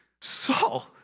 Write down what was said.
Saul